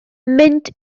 mynd